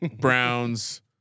Browns